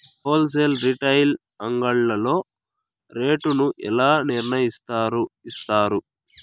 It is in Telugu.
హోల్ సేల్ రీటైల్ అంగడ్లలో రేటు ను ఎలా నిర్ణయిస్తారు యిస్తారు?